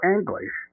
English